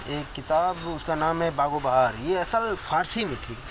ایک کتاب اس کا نام ہے باغ و بہار یہ اصل فارسی میں تھی